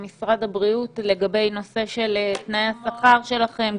משרד הבריאות לגבי נושא של תנאי השכר שלכם,